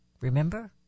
remember